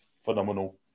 phenomenal